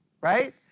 right